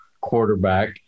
quarterback